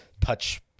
touch